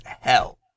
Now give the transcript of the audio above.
hell